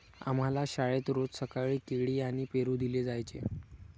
आम्हाला शाळेत रोज सकाळी केळी आणि पेरू दिले जायचे